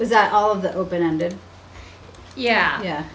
does that all of the open ended yeah yeah